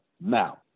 Now